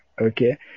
Okay